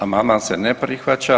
Amandman se ne prihvaća.